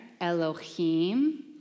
Elohim